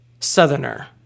Southerner